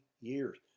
years